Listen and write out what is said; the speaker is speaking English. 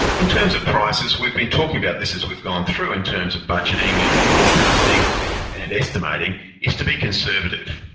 in terms of prices, we've been talking about this as we've gone through in terms of budgeting and forecasting and estimating is to be conservative.